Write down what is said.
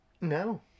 No